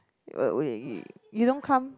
you don't come